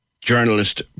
journalist